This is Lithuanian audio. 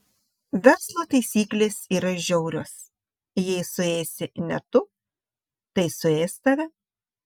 verslo taisyklės yra žiaurios jei suėsi ne tu tai suės tave